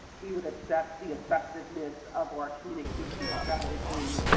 we would assess the effectiveness of our communication strategy.